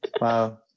Wow